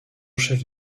chef